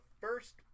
first